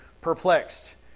perplexed